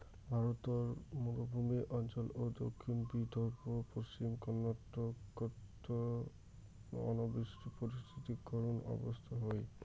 ভারতর মরুভূমি অঞ্চল ও দক্ষিণ বিদর্ভ, পশ্চিম কর্ণাটকত অনাবৃষ্টি পরিস্থিতি করুণ অবস্থা হই